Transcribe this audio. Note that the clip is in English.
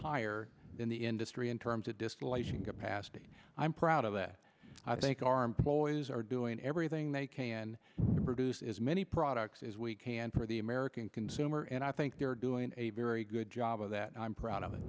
higher than the industry in terms of distillation capacity i'm proud of that i think our employees are doing everything they can to produce as many products as we can for the american consumer and i think they're doing a very good job of that and i'm proud of it